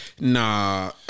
Nah